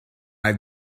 have